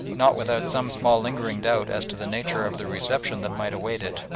not without some small lingering doubt as to the nature of the reception that might await it,